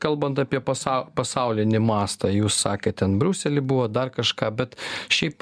kalbant apie pasa pasaulinį mastą jūs sakėt ten briuselį buvo dar kažką bet šiaip